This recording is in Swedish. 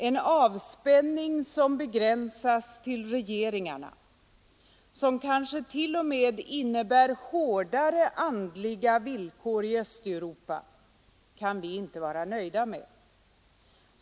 En avspänning som begränsas till regeringarna, som kanske t.o.m. innebär hårdare andliga villkor i Östeuropa, kan vi inte vara nöjda med.